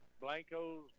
Blanco's